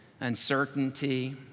uncertainty